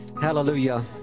Hallelujah